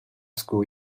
school